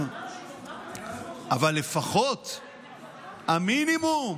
אבל לפחות המינימום,